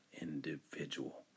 individual